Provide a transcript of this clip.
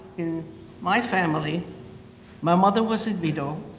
in my family my mother was a widow,